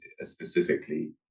specifically